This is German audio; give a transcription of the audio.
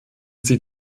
sie